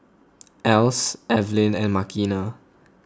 Else Evelyn and Makena